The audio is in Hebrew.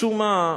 משום מה,